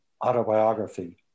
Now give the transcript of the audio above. Autobiography